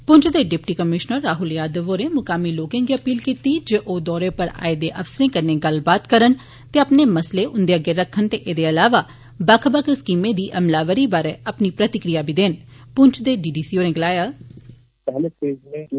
पुंछ दे deputy commissioner Rahul Yadav होरें मुकामी लोकें गी अपील कीती जे ओह दौरे तप्पर आए दे अफसरें कन्नै गल्लबात करन ते अपने मसले उन्दे अग्गै रक्खन ते एड्दे अलावा बक्ख बक्ख स्कीमें दी अमलावरी बारे अपनी प्रतिक्रिया बी देन पुंछ दे डी डी सी होरें गलाया